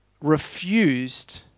refused